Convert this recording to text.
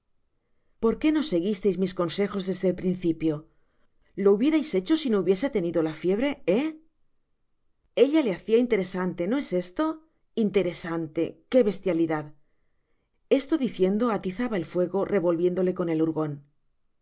grimwig porqué no seguisteis mis consejos desde el principio lo hubierais hecho sino hubiese tenido la fiebre he ella le hacia inteiesante no es esto interesante que bestialidad esto dicierdo atizaba el fuego revolviéndole con el hurgón